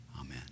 amen